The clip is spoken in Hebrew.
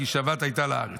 כי שבת הייתה לארץ.